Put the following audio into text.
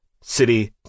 city